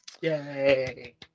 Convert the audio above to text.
Yay